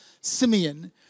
Simeon